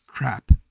Crap